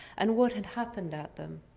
and what had happened at them.